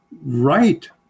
right